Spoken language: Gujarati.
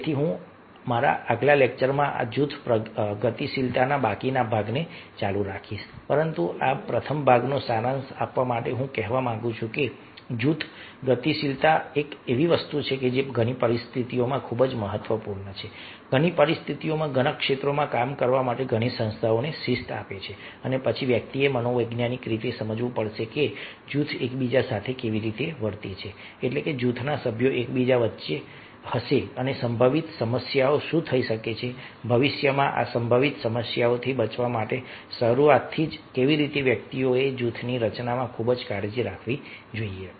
તેથી હું મારા આગલા લેક્ચરમાં આ જૂથ ગતિશીલતાના બાકીના ભાગને ચાલુ રાખીશ પરંતુ આ પ્રથમ ભાગનો સારાંશ આપવા માટે હું કહેવા માંગુ છું કે જૂથ ગતિશીલતા એવી વસ્તુ છે જે ઘણી પરિસ્થિતિઓમાં ખૂબ જ મહત્વપૂર્ણ છે ઘણી પરિસ્થિતિઓમાં ઘણા ક્ષેત્રો કામ કરાવવા માટે ઘણી સંસ્થાઓને શિસ્ત આપે છે અને પછી વ્યક્તિએ મનોવિજ્ઞાનને સમજવું પડશે કે જૂથ એકબીજા સાથે કેવી રીતે વર્તે છે એટલે કે જૂથના સભ્યો એકબીજાની વચ્ચે હશે અને સંભવિત સમસ્યાઓ શું થઈ શકે છે ભવિષ્યમાં આ સંભવિત સમસ્યાઓથી બચવા માટે શરૂઆતથી જ કેવી રીતે વ્યક્તિએ જૂથની રચનામાં ખૂબ કાળજી રાખવી જોઈએ